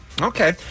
Okay